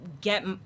get